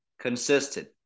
consistent